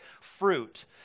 fruit